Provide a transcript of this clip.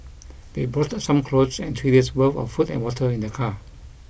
they brought some clothes and three days' worth of food and water in their car